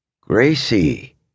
Gracie